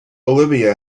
oliva